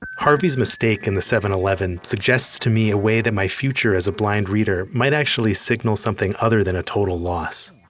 harvey's mistake in the seven eleven suggests to me a way that my future as a blind reader might actually signal something other than a total loss.